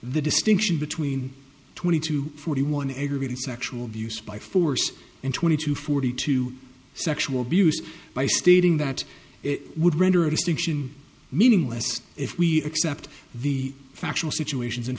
the distinction between twenty to forty one aggravated sexual abuse by force and twenty to forty to sexual abuse by stating that it would render a distinction meaningless if we accept the factual situations and